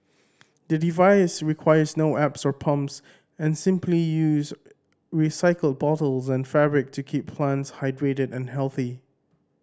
the device requires no apps sir pumps and simply uses recycled bottles and fabric to keep plants hydrated and healthy